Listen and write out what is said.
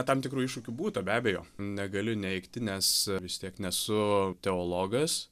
tam tikrų iššūkių būta be abejo negaliu neigti nes vis tiek nesu teologas